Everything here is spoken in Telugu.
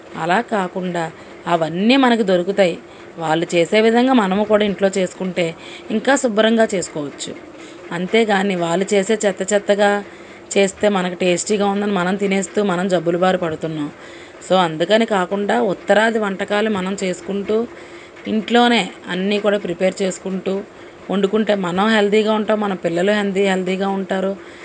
అలా కాకుండా అవన్నీ మనకు దొరుకుతాయి వాళ్ళు చేసే విధంగా మనము కూడా ఇంట్లో చేసుకుంటే ఇంకా శుభ్రంగా చేసుకోవచ్చు అంతేకానీ వాళ్ళు చేసే చెత్త చెత్తగా చేస్తే మనకి టేస్టీగా ఉందని మనం తినేసి మనం జబ్బుల బారి పడుతున్నాం సో అందుకని కాకుండా ఉత్తరాది వంటకాలు మనం చేసుకుంటు ఇంట్లోనే అన్నీ కూడా ప్రిపేర్ చేసుకుంటు వండుకుంటే మనం హెల్తీగా ఉంటాం మన పిల్లలు హెల్దీ హెల్దీగా ఉంటారు